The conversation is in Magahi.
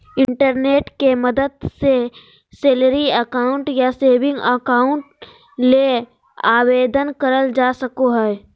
इंटरनेट के मदद से सैलरी अकाउंट या सेविंग अकाउंट ले आवेदन करल जा सको हय